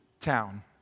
town